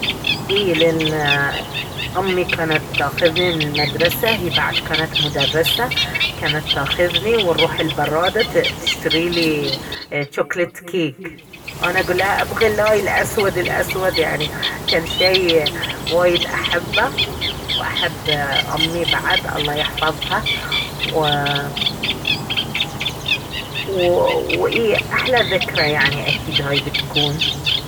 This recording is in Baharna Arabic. ايه لين امي كانت تاخذني من المدرسة هي بعد كانت مدرسة كانت تاخذني ونروح البرادة تشتريلي جوكلت كيك انا اقولها ابغي هاي الأسود الأسود يعني كان شي وايد احبه واحب امي بعد الله يحفظها و وو اي احلى ذكرى يعني اكيد هاي بتكون